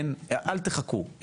אל תחכו,